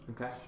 Okay